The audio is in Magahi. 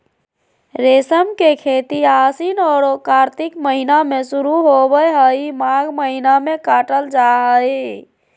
रेशम के खेती आशिन औरो कार्तिक महीना में शुरू होबे हइ, माघ महीना में काटल जा हइ